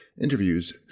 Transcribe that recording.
Interviews